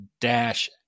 dash